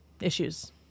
issues